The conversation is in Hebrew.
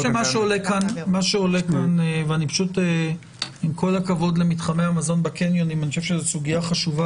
שעולה כאן ועם כל הכבוד למתחמי המזון בקניונים זאת סוגיה חשובה